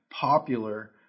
popular